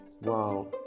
Wow